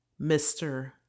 Mr